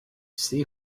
see